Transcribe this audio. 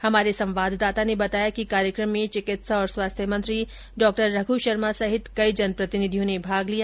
हमारे संवाददाता ने बताया कि कार्यक्रम में चिकित्सा और स्वास्थ्य मंत्री डा रघ्र शर्मा सहित कई जनप्रतिनिधियों ने भाग लिया